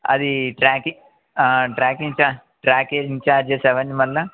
అది ట్రాకి ట్రాకింగ్ చా ట్రాకేజింగ్ చార్జెస్ అవన్నీ మళ్ళ